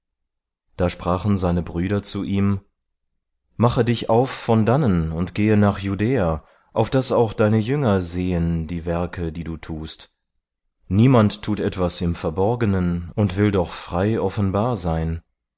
da sprachen seine brüder zu ihm mache dich auf von dannen und gehe nach judäa auf daß auch deine jünger sehen die werke die du tust niemand tut etwas im verborgenen und will doch frei offenbar sein